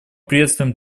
приветствуем